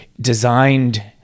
designed